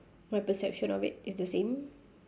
my perception of it is the same